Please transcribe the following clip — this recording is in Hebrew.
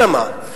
אלא מה?